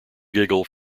giggle